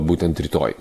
būtent rytoj